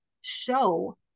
show